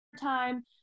time